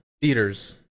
theaters